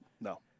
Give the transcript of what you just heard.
No